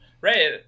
Right